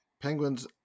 Penguins